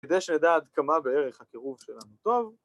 ‫כדי שנדע עד כמה בערך ‫הקירוב שלנו טוב.